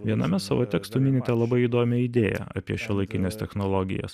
viename savo tekstų minite labai įdomią idėją apie šiuolaikines technologijas